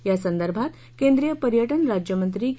या संदर्भात केंद्रीय पर्यटन राज्यमंत्री के